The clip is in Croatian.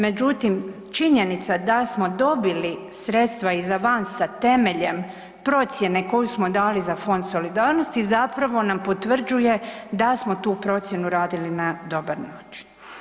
Međutim, činjenica da smo dobili sredstva iz avansa temeljem procjene koju smo dali za fond solidarnosti zapravo nam potvrđuje da smo tu procjenu radili na dobar način.